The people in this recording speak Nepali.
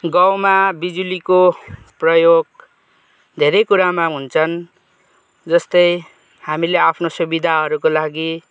गाउँमा बिजुलीको प्रयोग धेरै कुरामा हुन्छन् जस्तै हामीले आफ्नो सुविधाहरूको लागि